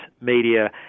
media